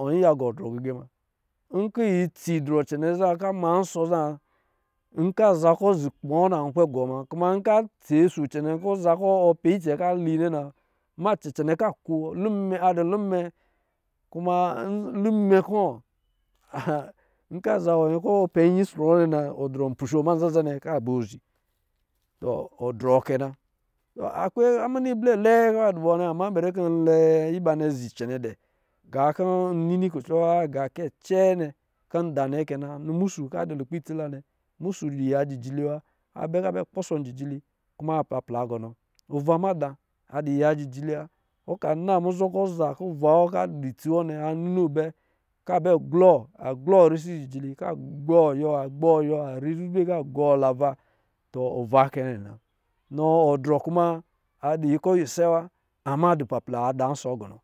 Wɔ yiya gɔ drɔ gɛ-gɛ muna nkɔ̄ yi tsi drɔ cɛnɛ zaa ka ma nsɔ̄ za nkɔ̄ a za kɔ̄ zi kpɛ na wɔ kpɛ gɔɔ muna kuma nkɔ̄ ga tsee so cɛnɛ kɔ̄ za kɔ̄ ɔ pɛ icɛ nkɔ̄ ali nnɛ na ma cɛcɛ nnɛ ka ko, huva a dɔ̄ lumɛ kuma luma kɔ̄ nkɔ̄ a za wɔ nyɛ kɔ̄ pɛ yi so nnɛ nu dr pishoo man zan-zan nnɛ kɔ̄ a pozhi tɔ odrɔ kɛ na, akwe muna ablɛ lɛɛ ka dubɔ ama bɛri kɔ̄ nnini kucɔ agakɛ cɛɛ nnɛ kɔ̄ nda nɛ kɛna nɔ musu kɔ̄ adɔ̄ lukpɛ itsila nnɛ musu dɔ ya jijili wa a bɛ kɔ̄ a bɔ̄ kpɔsɔ njijili kuma a pla pla gɔnɔ, ova mada a dɔ̄ ya jijili wa ɔ ka na muzɔ kɔ̄ ɔ za kɔ̄ va wɔ kɔ̄ a dɔ̄ itsi wɔ nnɛ a ninoo bɛ ka b glɔ, glɔ risi jijili, agbɔɔ, yiwɔa yiwɔ ari zizwe kɔ̄ ka gɔ la va ova kɛ nnɛ na. nɔ odrɔ kuma a dɔ̄ akɔ̄ isɛ wa ama adɔ̄ papla a da nsɔ̄ gɔnɔ